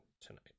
tonight